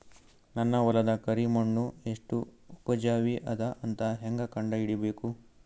ನನ್ನ ಹೊಲದ ಕರಿ ಮಣ್ಣು ಎಷ್ಟು ಉಪಜಾವಿ ಅದ ಅಂತ ಹೇಂಗ ಕಂಡ ಹಿಡಿಬೇಕು?